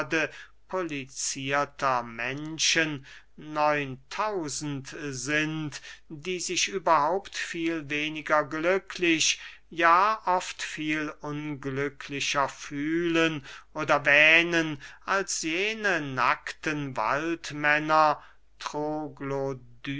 polizierter menschen neun tausend sind die sich überhaupt viel weniger glücklich ja oft viel unglücklicher fühlen oder wähnen als jene nackten waldmänner